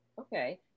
Okay